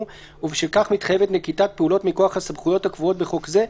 ובשל כך מתחייבת נקיטת פעולות מכוח הסמכויות הקבועות בחוק זה,